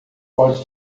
pode